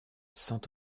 saint